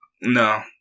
No